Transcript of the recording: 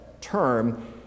term